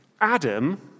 Adam